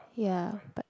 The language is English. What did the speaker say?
ya but